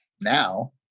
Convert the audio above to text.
Now